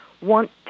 want